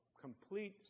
complete